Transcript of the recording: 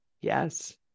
Yes